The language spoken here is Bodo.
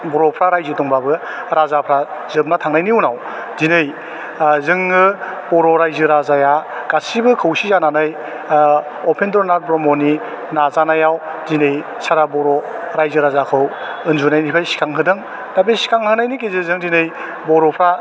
बर'फ्रा रायजो दंबाबो राजाफ्रा जोबना थांनायनि उनाव दिनै जोङो बर' रायजो राजाया गासिबो खौसे जानानै उपेन्द्र नाथ ब्रह्मनि नाजानायाव दिनै सारा बर' रायजो राजाखौ उन्दुनायनिफ्राइ सिखांहोदों दा बे सिखांहोनायनि गेजेरजों दिनै बर'फ्रा